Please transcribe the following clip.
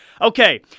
Okay